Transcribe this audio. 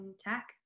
tech